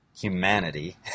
humanity